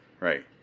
right